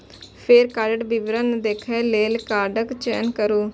फेर कार्डक विवरण देखै लेल कार्डक चयन करू